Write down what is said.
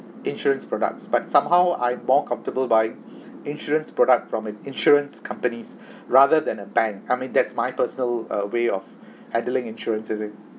insurance products but somehow I more comfortable buying insurance product from an insurance companies rather than a bank I mean that's my personal uh way of handling insurance